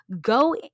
go